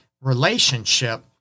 relationship